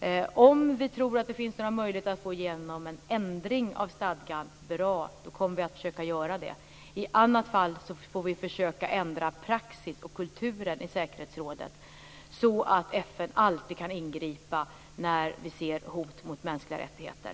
Om vi tror att det finns några möjligheter att få igenom en ändring av stadgan är det bra. Då kommer vi att försöka göra det. I annat fall får vi försöka ändra praxisen och kulturen i säkerhetsrådet så att FN alltid kan ingripa när vi ser hot mot mänskliga rättigheter.